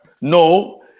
No